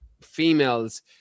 females